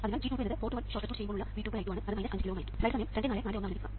അതിനാൽ g22 എന്നത് port 1 short ചെയ്യുമ്പോഴുള്ള V2 I2 ആണ് അത് 5 കിലോΩ ആയിരിക്കും